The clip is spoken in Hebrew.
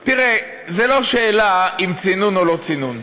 תראה, זה לא שאלה אם צינון או לא צינון.